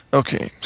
okay